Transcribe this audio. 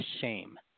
shame